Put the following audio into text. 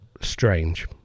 strange